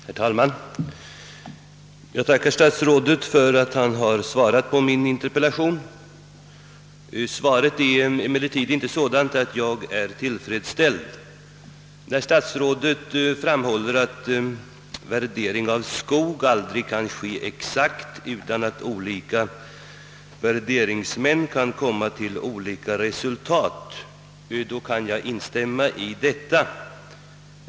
Herr talman! Jag tackar statsrådet för att han har svarat på min interpellation. Svaret är emellertid inte sådant att jag är tillfredsställd. När statsrådet framhåller »att värdering av skog aldrig kan ske exakt utan att olika värderingsmän, även om de tillämpar samma grunder, kan komma till något olika resultat», kan jag instämma häri.